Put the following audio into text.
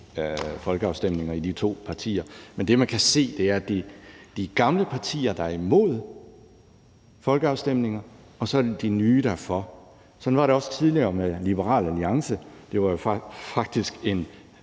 folkeafstemninger, der er i de to partier, men det, man kan se, er, at det er de gamle partier, der er imod folkeafstemninger, og de nye, der er for. Sådan var det også tidligere med Liberal Alliance. Det var jo faktisk en